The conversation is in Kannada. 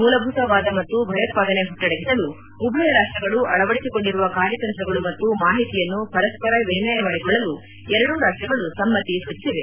ಮೂಲಭೂತವಾದ ಮತ್ತು ಭಯೋತ್ವಾದನೆ ಹುಟ್ವಡಗಿಸಲು ಉಭಯ ರಾಷ್ಪಗಳು ಅಳವಡಿಸಿಕೊಂಡಿರುವ ಕಾರ್ಯತಂತ್ರಗಳು ಮತ್ತು ಮಾಹಿತಿಯನ್ನು ಪರಸ್ವರ ವಿನಿಮಯ ಮಾಡಿಕೊಳ್ಳಲು ಎರಡೂ ರಾಷ್ಸಗಳು ಸಮ್ನತಿ ಸೂಚಿಸಿದೆ